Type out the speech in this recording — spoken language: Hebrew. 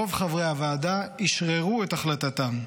רוב חברי הוועדה אשררו את החלטתם.